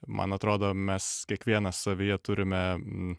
man atrodo mes kiekvienas savyje turime